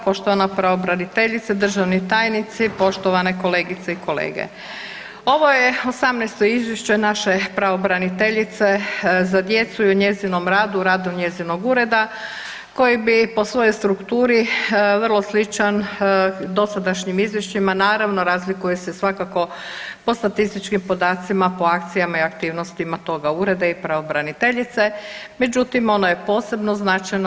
Poštovana pravobraniteljice, državni tajnici, poštovane kolegice i kolege, ovo je 18-to izvješće naše pravobraniteljice za djecu i o njezinom radu, radu njezinog ureda koji bi po svojoj strukturi vrlo sličan dosadašnjim izvješćima naravno razlikuje se svakako po statističkim podacima, po akcijama i aktivnostima toga ureda i pravobraniteljice, međutim ono je posebno značajno.